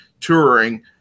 touring